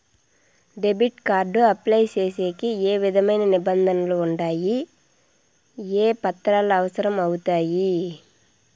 Debit card apply సేసేకి ఏ విధమైన నిబంధనలు ఉండాయి? ఏ పత్రాలు అవసరం అవుతాయి?